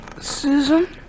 Susan